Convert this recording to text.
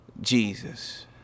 Jesus